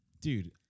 dude